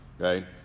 okay